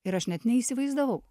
ir aš net neįsivaizdavau